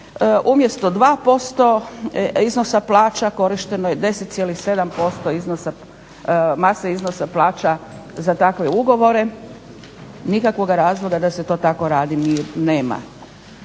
umjesto 2% iznosa plaća korišteno je 10,7% iznosa, mase iznosa plaća za takve ugovore. Nikakvoga razloga da se to tako radi nema.